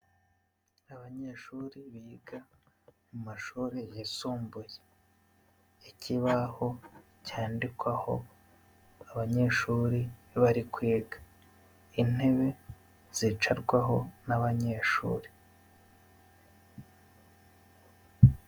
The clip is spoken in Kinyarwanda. Abanyeshuri biga mu mashuri yisumbuye, ikibaho cyandikwaho abanyeshuri bari kwiga, intebe zicarwaho n'abanyeshuri.